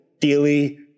daily